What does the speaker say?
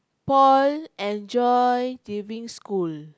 Paul and Joy diving school